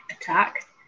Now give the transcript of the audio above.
attack